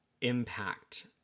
impact